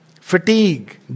Fatigue